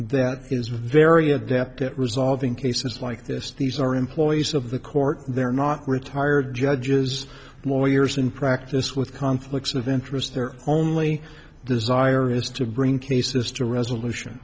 that is very adept at resolving cases like this these are employees of the court they're not retired judges and lawyers in practice with conflicts of interest they're only desire is to bring cases to resolution